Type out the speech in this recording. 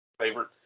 favorite